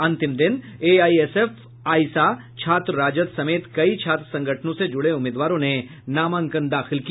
अंतिम दिन AISF AISA छात्र राजद समेत कई छात्र संगठनों से जुड़े उम्मीदवारों ने नामांकन दाखिल किया